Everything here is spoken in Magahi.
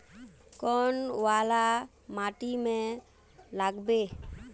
कौन वाला माटी में लागबे?